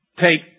take